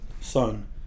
Son